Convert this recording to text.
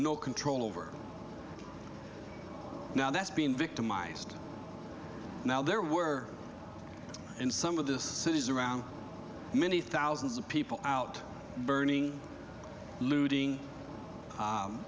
no control over now that's being victimized now there were in some of the cities around many thousands of people out burning looting